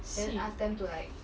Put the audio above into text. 戏